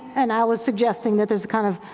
and i was suggesting that there's a kind of,